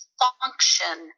function